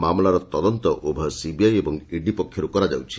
ମାମଲାର ତଦନ୍ତ ଉଭୟ ସିବିଆଇ ଓ ଇଡି ପକ୍ଷରୁ କରାଯାଉଛି